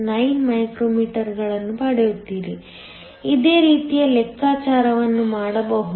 9 ಮೈಕ್ರೋಮೀಟರ್ಗಳನ್ನು ಪಡೆಯುತ್ತೀರಿ ಇದೇ ರೀತಿಯ ಲೆಕ್ಕಾಚಾರವನ್ನು ಮಾಡಬಹುದು